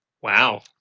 Wow